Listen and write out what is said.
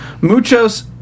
Muchos